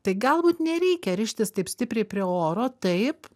tai galbūt nereikia rištis taip stipriai prie oro taip